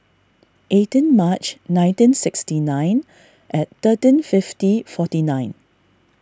eighteen March nineteen sixty nine at thirteen fifty forty nine